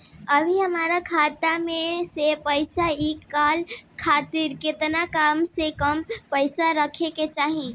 अभीहमरा खाता मे से पैसा इ कॉल खातिर केतना कम से कम पैसा रहे के चाही?